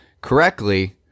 Correctly